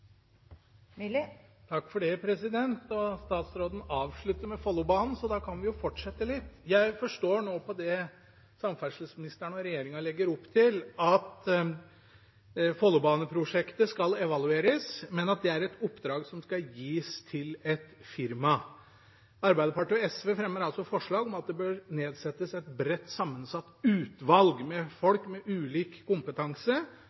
Statsråden avsluttet med Follobanen, så da kan vi jo fortsette litt. Jeg forstår nå, på det som samferdselsministeren og regjeringen legger opp til, at Follobaneprosjektet skal evalueres, men at det er et oppdrag som skal gis til et firma. Arbeiderpartiet og SV fremmer forslag om at det bør nedsettes et bredt sammensatt utvalg, med folk med ulik kompetanse,